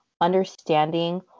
understanding